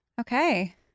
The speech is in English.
Okay